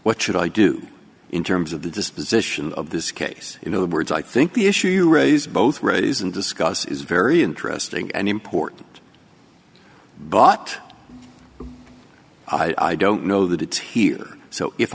what should i do in terms of the disposition of this case you know the words i think the issue you raised both raise and discuss is very interesting and important but i don't know that it's here so if